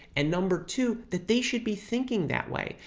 and number two that they should be thinking that way.